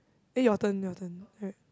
eh your turn your turn right